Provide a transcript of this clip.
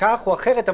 כך או אחרת,